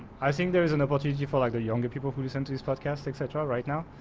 i think there is an opportunity for like the younger people who listen to this podcast, etc. right now,